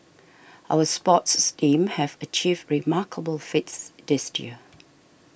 our sports steam have achieved remarkable feats this year